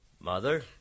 Mother